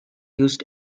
used